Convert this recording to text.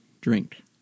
Drink